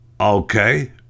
okay